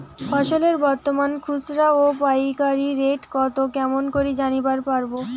ফসলের বর্তমান খুচরা ও পাইকারি রেট কতো কেমন করি জানিবার পারবো?